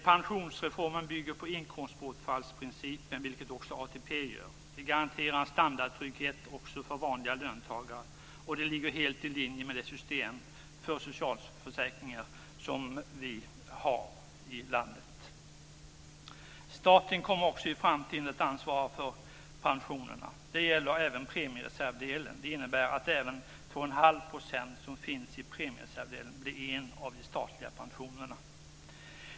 Pensionsreformen bygger på inkomstbortfallsprincipen, vilket också ATP gör. Det garanterar en standardtrygghet också för vanliga löntagare. Det ligger helt i linje med det system för socialförsäkringar som vi har i landet. Staten kommer också i framtiden att ansvara för pensionerna. Det gäller även premiereservdelen. Det innebär att även de två och en halv procenten som finns i premiereservdelen blir en del av de statliga pensionerna.